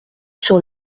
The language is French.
sur